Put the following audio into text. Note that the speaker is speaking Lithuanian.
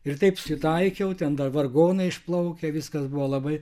ir taip susitaikiau ten vargonai išplaukia viskas buvo labai